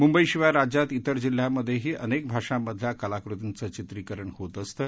मुंबई शिवाय राज्यात इतर जिल्ह्यांमधेही अनेक भाषांमधल्या कलाकृतींचं चित्रिकरण होत असतं